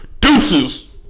deuces